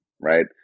right